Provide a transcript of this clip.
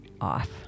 off